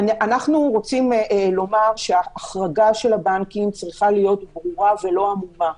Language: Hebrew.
אנחנו רוצים לומר שההחרגה של הבנקים צריכה להיות ברורה ולא עמומה.